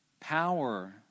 Power